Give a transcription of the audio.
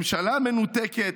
/ ממשלה מנותקת,